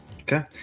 Okay